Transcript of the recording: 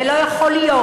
ולא יכול להיות,